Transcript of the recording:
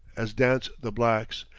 as dance the blacks,